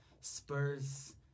Spurs